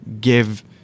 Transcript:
give